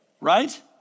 right